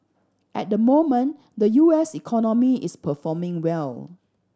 at the moment the U S economy is performing well